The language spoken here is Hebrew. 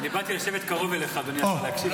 אני באתי לשבת קרוב אליך, אדוני השר, להקשיב לך.